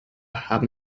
haben